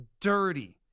dirty